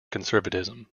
conservatism